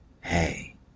hey